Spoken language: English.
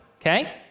Okay